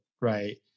right